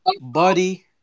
Buddy